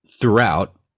throughout